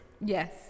Yes